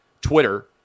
Twitter